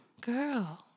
girl